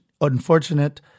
unfortunate